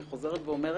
אני חוזרת ואומרת,